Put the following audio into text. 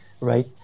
right